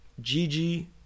Gigi